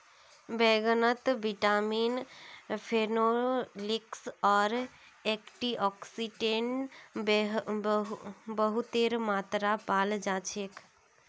बैंगनत vitamin, phenolics आर antioxidant बहुतेर मात्रात पाल जा छेक